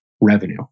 revenue